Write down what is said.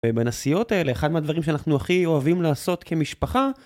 בנסיעות אלה, אחד מהדברים שאנחנו הכי אוהבים לעשות כמשפחה.